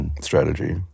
strategy